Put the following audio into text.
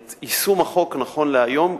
את יישום החוק נכון להיום,